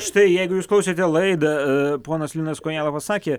štai jeigu jūs klausiate laidą ponas linas kojala pasakė